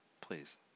Please